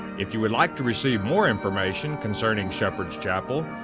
if you would like to receive more information concerning shepherd's chapel,